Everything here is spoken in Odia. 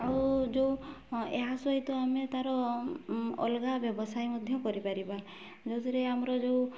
ଆଉ ଯେଉଁ ଏହା ସହିତ ଆମେ ତା'ର ଅଲଗା ବ୍ୟବସାୟ ମଧ୍ୟ କରିପାରିବା ଯେଉଁଥିରେ ଆମର ଯେଉଁ